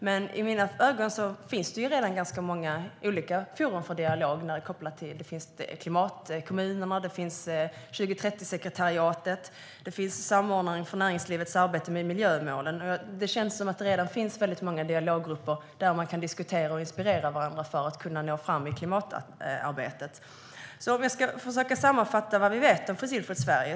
Men i mina ögon finns det redan ganska många olika forum för dialog. Det finns Klimatkommunerna, det finns 2030-sekretariatet och det finns samordnaren för näringslivets arbete med miljömålen. Det känns som att det redan finns många dialoggrupper där man kan diskutera och inspirera varandra för att kunna nå fram med klimatarbetet. Jag ska försöka sammanfatta vad vi vet om Fossilfritt Sverige.